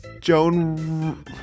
Joan